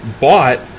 bought